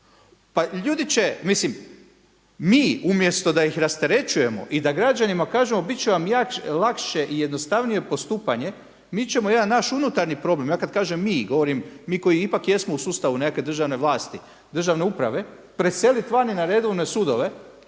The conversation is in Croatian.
Pa ljudi će, mislim mi umjesto da ih rasterećujemo i da građanima kažemo biti će vam lakše i jednostavnije postupanje mi ćemo jedan naš unutarnji problem, ja kada kažem mi, govorim mi koji ipak jesmo u sustavu nekakve državne vlasti, državne uprave, preseliti vani na redovne sudove